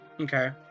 Okay